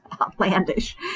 outlandish